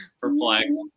perplexed